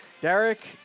Derek